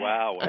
Wow